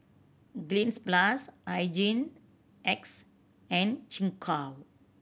Cleanz Plus Hygin X and Gingko